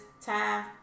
time